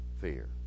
fear